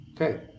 Okay